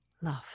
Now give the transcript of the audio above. love